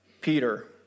Peter